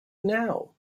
now